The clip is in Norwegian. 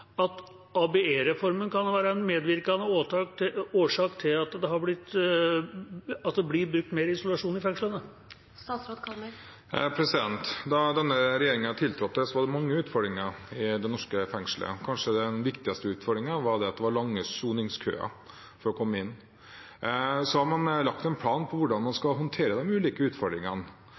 at ABE-reformen kan være en medvirkende årsak til at det blir brukt mer isolasjon i fengslene? Da denne regjeringen tiltrådte, var det mange utfordringer i de norske fengslene. Kanskje den viktigste utfordringen var at det var lange soningskøer for å komme inn. Så har man lagt en plan for hvordan man skal håndtere de ulike utfordringene,